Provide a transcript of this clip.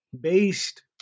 based